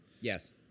Yes